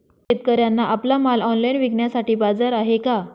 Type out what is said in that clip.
शेतकऱ्यांना आपला माल ऑनलाइन विकण्यासाठी बाजार आहे का?